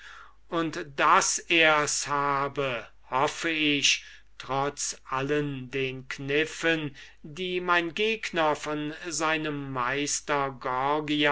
und daß ers habe hoffe ich trotz allen den kniffen die mein gegner von seinem meister